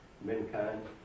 mankind